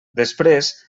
després